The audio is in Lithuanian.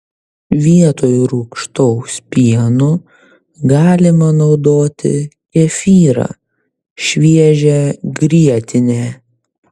vietoj rūgštaus pieno galima naudoti kefyrą šviežią grietinę